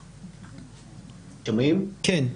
תודה.